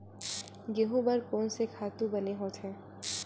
गेहूं बर कोन से खातु बने होथे?